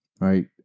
right